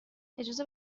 اجازه